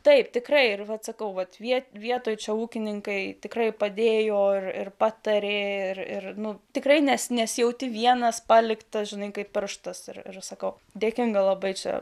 taip tikrai ir vat sakau vat vien vietoj čia ūkininkai tikrai padėjo ir ir patarė ir ir nu tikrai nes nesijauti vienas paliktas žinai kaip pirštas ir sakau dėkinga labai čia